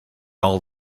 all